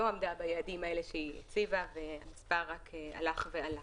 עמדה ביעדים האלה שהיא הציבה והמספר רק הלך ועלה.